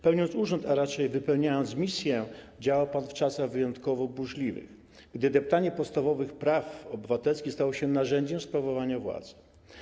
Pełniąc urząd, a raczej wypełniając misję, działał pan w czasach wyjątkowo burzliwych, gdy deptanie podstawowych praw obywatelskich stało się narzędziem sprawowania władzy.